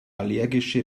allergische